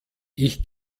ich